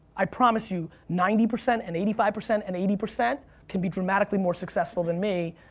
i promise you ninety percent and eighty five percent and eighty percent can be dramatically more successful than me.